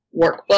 workbook